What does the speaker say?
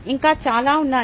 ఇంకా చాలా ఉన్నాయి